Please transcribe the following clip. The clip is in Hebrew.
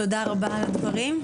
תודה רבה על דברים.